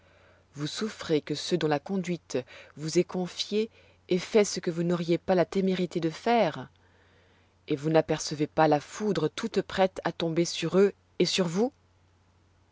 vous souffrez que ceux dont la conduite vous est confiée aient fait ce que vous n'auriez pas la témérité de faire et vous n'apercevez pas la foudre toute prête à tomber sur eux et sur vous